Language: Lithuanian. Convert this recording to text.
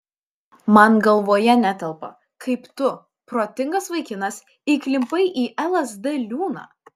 man galvoje netelpa kaip tu protingas vaikinas įklimpai į lsd liūną